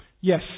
Yes